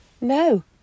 No